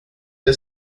det